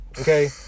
okay